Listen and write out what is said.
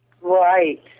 Right